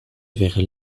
vers